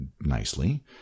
nicely